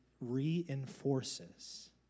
reinforces